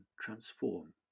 transform